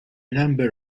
number